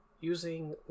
Using